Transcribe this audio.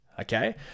okay